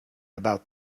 about